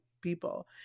people